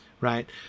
right